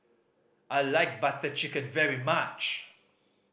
I like Butter Chicken very much